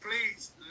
please